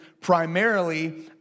primarily